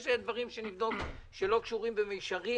יש דברים שנבדוק שלא קשורים במישרין